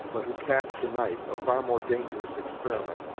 but who cast the knife, a far more dangerous experiment,